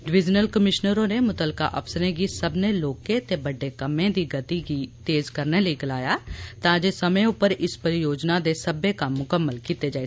divisional commissioner होरें मुत्तलका अफसरें गी सब्बनें लोह्कें ते बड्डे कम्मै दी गति गी तेज करने लेई गलाया तां जे समें उप्पर इस परियोजना दे सब्बै कम्म मुकम्मल होई जान